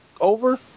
over